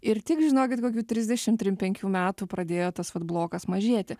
ir tik žinokit kokių trisdešim trim penkių metų pradėjo tas vat blokas mažėti